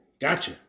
Gotcha